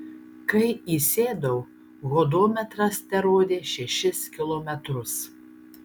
kai įsėdau hodometras terodė šešis kilometrus